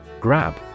Grab